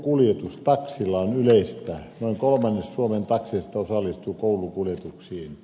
koulukuljetus taksilla on yleistä noin kolmannes suomen takseista osallistuu koulukuljetuksiin